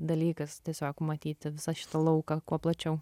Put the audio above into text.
dalykas tiesiog matyti visą šitą lauką kuo plačiau